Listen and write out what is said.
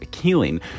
healing